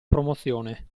promozione